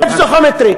ופסיכומטרי.